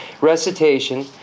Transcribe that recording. recitation